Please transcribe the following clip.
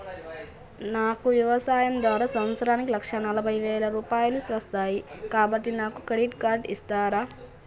నాకు వ్యవసాయం ద్వారా సంవత్సరానికి లక్ష నలభై వేల రూపాయలు వస్తయ్, కాబట్టి నాకు క్రెడిట్ కార్డ్ ఇస్తరా?